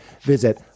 visit